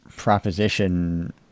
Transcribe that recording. proposition